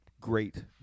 Great